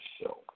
show